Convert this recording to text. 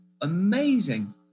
amazing